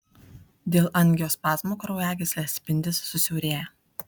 dėl angiospazmo kraujagyslės spindis susiaurėja